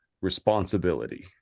responsibility